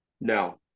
No